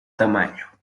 tamaño